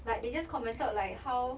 like they just commented like how